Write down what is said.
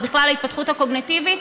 ובכלל ההתפתחות הקוגניטיבית,